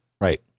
Right